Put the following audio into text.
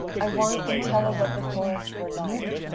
i want to tell what the forests were like.